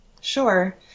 Sure